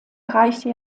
erreichte